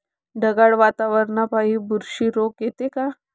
ढगाळ वातावरनापाई बुरशी रोग येते का?